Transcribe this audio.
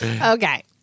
Okay